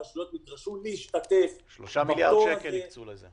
הרשויות נדרשו להשתתף -- 3 מיליארד שקל הקצו לזה.